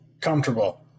comfortable